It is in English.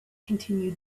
continue